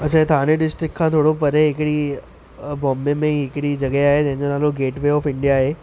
असांजे थाणे डिस्ट्रिक्ट खां थोरो परे हिकिड़ी बॉम्बे में हिकिड़ी जॻह आहे जंहिंजो नालो गेटवे ऑफ इन्डिया आहे